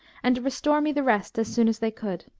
and to restore me the rest as soon as they could.